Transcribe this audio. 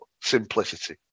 simplicity